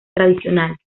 tradicionales